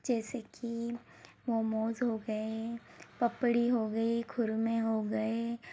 जैसे कि मोमोज हो गए पपड़ी हो गई खुरमे हो गए